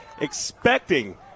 expecting